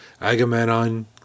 Agamemnon